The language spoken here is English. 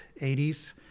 80s